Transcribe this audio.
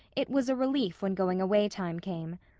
it was a relief when going-away time came.